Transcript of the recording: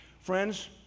friends